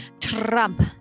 Trump